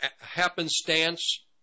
happenstance